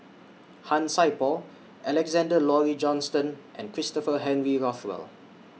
Han Sai Por Alexander Laurie Johnston and Christopher Henry Rothwell